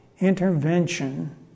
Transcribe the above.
intervention